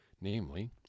namely